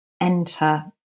enter